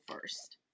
first